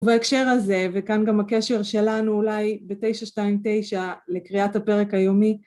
בהקשר הזה, וכאן גם הקשר שלנו אולי ב-929 לקריאת הפרק היומי..